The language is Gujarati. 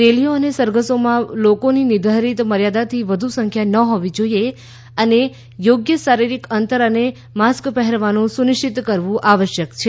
રેલીઓ અને સરઘસોમાં લોકોની નિર્ધારિત મર્યાદાથી વધુ સંખ્યા ન હોવી જોઈએ અને યોગ્ય શારીરિક અંતર અને માસ્ક પહેરવાનું સુનિશ્ચિત કરવું આવશ્યક છે